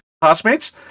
classmates